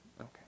Okay